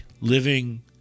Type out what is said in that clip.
living